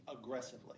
aggressively